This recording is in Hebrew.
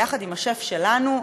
ויחד עם השף שלנו,